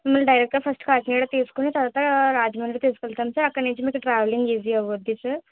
మిమ్మల్ని డైరెక్ట్గా ఫస్ట్ కాకినాడ తీసుకుని తర్వాత రాజమండ్రి తీసుకు వెళ్తాము సార్ అక్కడ నుంచి మీకు ట్రావెలింగ్ ఈజీ అవుతుంది సార్